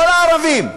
לא לערבים,